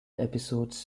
episodes